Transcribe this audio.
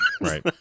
right